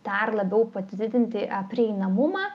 dar labiau padidinti prieinamumą